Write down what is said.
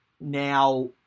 now